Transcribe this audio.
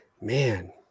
Man